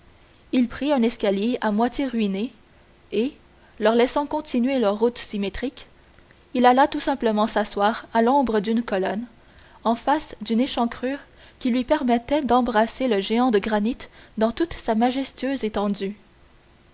il prit un escalier à moitié ruiné et leur laissant continuer leur route symétrique il alla tout simplement s'asseoir à l'ombre d'une colonne en face d'une échancrure qui lui permettait d'embrasser le géant de granit dans toute sa majestueuse étendue